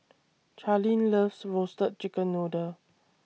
Charline loves Roasted Chicken Noodle